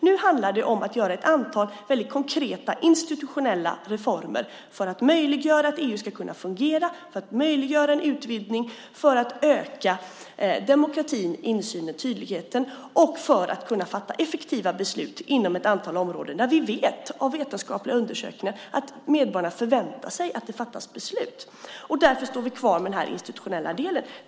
Nu handlar det om att göra ett antal väldigt konkreta institutionella reformer för att möjliggöra att EU ska kunna fungera och för att möjliggöra en utvidgning för att öka demokratin, insynen och tydligheten och för att kunna fatta effektiva beslut inom ett antal områden där vi vet genom vetenskapliga undersökningar att medborgarna förväntar sig att det fattas beslut. Därför står vi kvar med denna institutionella del.